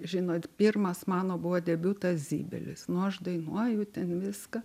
žinot pirmas mano buvo debiutas zybelis nu aš dainuoju ten viską